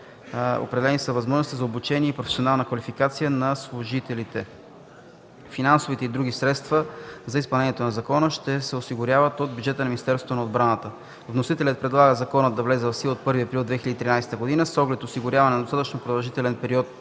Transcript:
Определени са възможностите за обучение и професионална квалификация на служителите. Финансовите и други средства за изпълнението на закона ще се осигуряват от бюджета на Министерството на отбраната. Вносителят предлага законът да влезе в сила от 1 април 2013 г. с оглед осигуряване на достатъчно продължителен „период